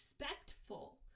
respectful